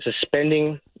suspending